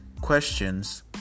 questions